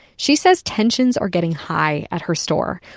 she said tensions are getting high at her store.